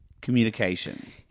communication